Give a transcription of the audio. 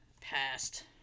Passed